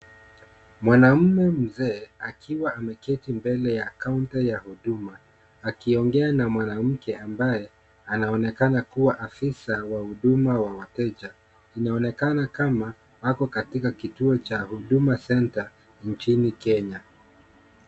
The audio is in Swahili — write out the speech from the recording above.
Mwanaume mzee akiwa ameketi mbele ya kaunta ya huduma, akiongea na mwanamke ambaye anaonekana kuwa afisa wa huduma wa wateja. Inaonekana kama ako katika kituo cha Huduma centre nchini Kenya.